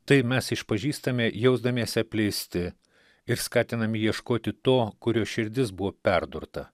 tai mes išpažįstame jausdamiesi apleisti ir skatinam ieškoti to kurio širdis buvo perdurta